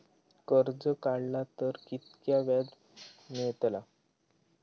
कर्ज काडला तर कीतक्या व्याज मेळतला?